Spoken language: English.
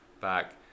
back